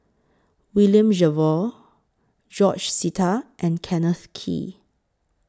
William Jervois George Sita and Kenneth Kee